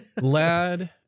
lad